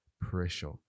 pressure